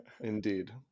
indeed